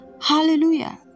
hallelujah